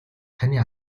таны